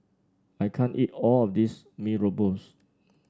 I can't eat all of this Mee Rebus